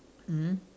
mmhmm